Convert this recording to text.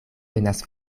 venas